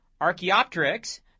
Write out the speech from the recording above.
Archaeopteryx